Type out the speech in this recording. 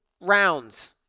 rounds